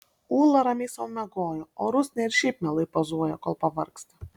ūla ramiai sau miegojo o rusnė ir šiaip mielai pozuoja kol pavargsta